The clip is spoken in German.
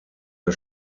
der